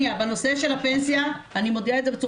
בנושא של הפנסיה, אני מודיעה את זה.